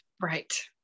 Right